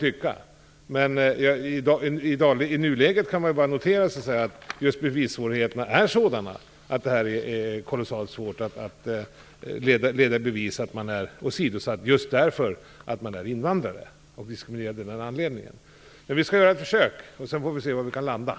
I nuläget kan man bara notera att bevissvårigheterna är sådana att det är kolossalt svårt att leda i bevis att någon är åsidosatt just därför att han eller hon är invandrare och diskriminerad av den anledningen. Vi skall göra ett försök, och sedan får vi se var vi landar.